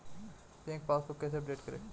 Bank passbook कैसे update करें?